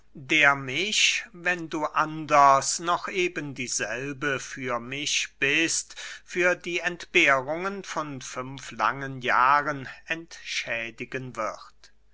der mich wenn du anders noch ebendieselbe für mich bist für die entbehrungen von fünf langen jahren entschädigen wird